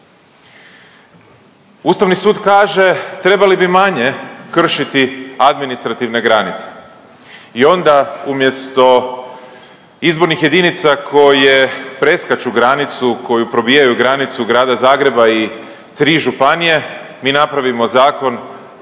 Ustavni sud kaže trebali bi manje kršiti administrativne granice i onda umjesto izbornih jedinica koje preskaču granicu koju probijaju granicu Grada Zagreba i tri županije, mi napravimo zakon